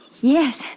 yes